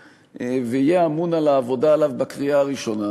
ויהיה אמון על העבודה עליו בקריאה הראשונה?